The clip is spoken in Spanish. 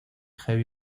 heavy